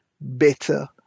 better